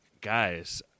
guys